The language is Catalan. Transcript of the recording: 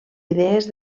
idees